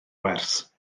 wers